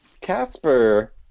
Casper